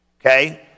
okay